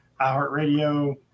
iHeartRadio